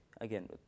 again